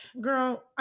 Girl